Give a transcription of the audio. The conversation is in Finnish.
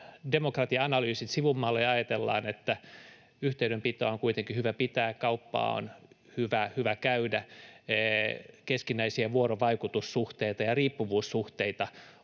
demokratia-analyysit sivummalle ja ajatellaan, että yhteydenpitoa on kuitenkin hyvä pitää, kauppaa on hyvä käydä, keskinäisiä vuorovaikutussuhteita ja riippuvuussuhteita on